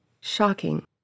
Shocking